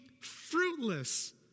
fruitless